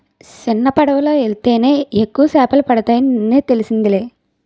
సిన్నపడవలో యెల్తేనే ఎక్కువ సేపలు పడతాయని నిన్నే తెలిసిందిలే